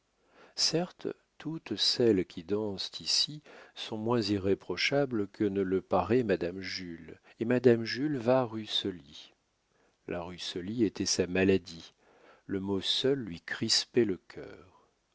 certes toutes celles qui dansent ici sont moins irréprochables que ne le paraît madame jules et madame jules va rue soly la rue soly était sa maladie le mot seul lui crispait le cœur